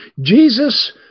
jesus